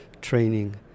training